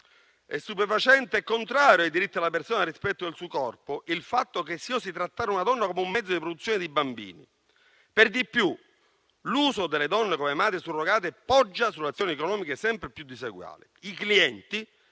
È stupefacente e contrario ai diritti della persona e al rispetto del suo corpo il fatto che si osi trattare una donna come un mezzo di produzione di bambini. Per di più, l'uso delle donne come madri surrogate poggia su condizioni economiche sempre più diseguali. I clienti,